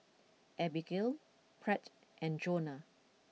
Abigail Pratt and Jonna